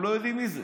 הם לא יודעים מי זה.